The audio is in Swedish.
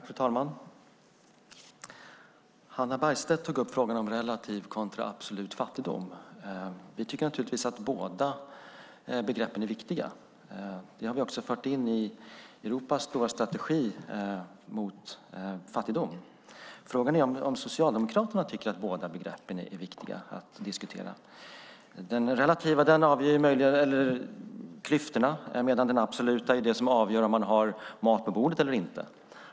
Fru talman! Hannah Bergstedt tog upp frågan om relativ kontra absolut fattigdom. Vi tycker naturligtvis att båda begreppen är viktiga. Det har vi fört in i Europas stora strategi mot fattigdom. Frågan är om Socialdemokraterna tycker att båda begreppen är viktiga att diskutera. Den relativa avgör klyftorna, medan den absoluta avgör om man har mat på bordet eller inte.